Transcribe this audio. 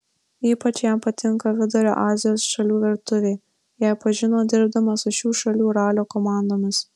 ypač jam patinka vidurio azijos šalių virtuvė ją pažino dirbdamas su šių šalių ralio komandomis